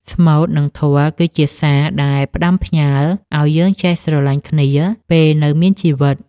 ស្មូត និងធម៌គឺជាសារដែលផ្ដាំផ្ញើឱ្យយើងចេះស្រឡាញ់គ្នាពេលនៅមានជីវិត។